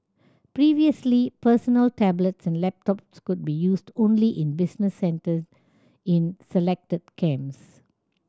previously personal tablets and laptops could be used only in business centre in selected camps